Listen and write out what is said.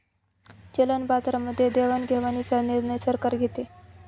चलन बाजारामध्ये देवाणघेवाणीचा निर्णय सरकार घेते